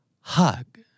Hug